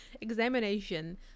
examination